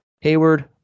Hayward